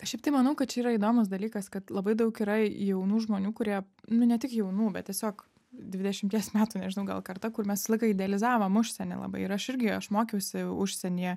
šiaip tai manau kad čia yra įdomus dalykas kad labai daug yra jaunų žmonių kurie nu ne tik jaunų bet tiesiog dvidešimties metų nežinau gal karta kur mes visą laiką idealizavom užsienį labai ir aš irgi aš mokiausi užsienyje